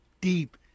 deep